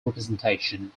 representation